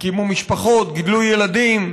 הקימו משפחות, גידלו ילדים,